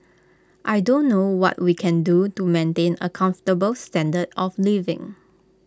I don't know what we can do to maintain A comfortable standard of living